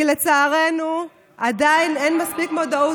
כי לצערנו עדיין אין מספיק מודעות,